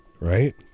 Right